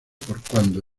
cuando